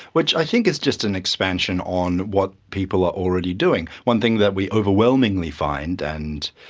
which i think is just an expansion on what people are already doing. one thing that we overwhelmingly find, and